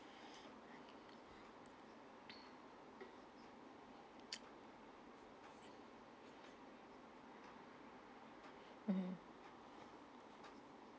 mm